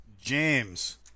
James